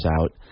out